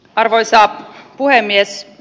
arvoisa puhemies